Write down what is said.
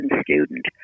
student